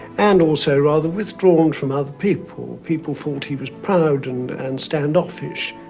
and also rather withdrawn from other people. people thought he was proud and and standoffish.